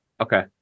Okay